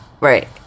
Right